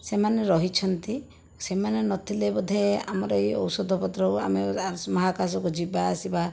ସେମାନେ ରହିଛନ୍ତି ସେମାନେ ନଥିଲେ ବୋଧେ ଆମର ଏଇ ଔଷଧପତ୍ର ଆମେ ମହାକାଶକୁ ଯିବା ଆସିବା